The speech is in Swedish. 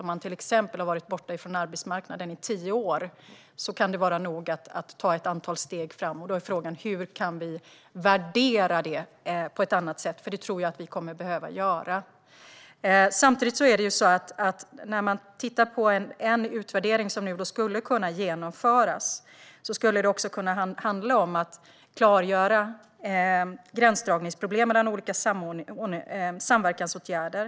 Om man till exempel har varit borta från arbetsmarknaden i tio år kan det vara nog att ta ett antal steg framåt. Då är frågan: Hur kan vi värdera det på ett annat sätt? Det tror jag nämligen att vi kommer att behöva göra. Samtidigt är det så att när man tittar på en utvärdering som nu skulle kunna genomföras skulle det också kunna handla om att klargöra gränsdragningsproblem när det gäller olika samverkansåtgärder.